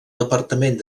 departament